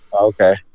okay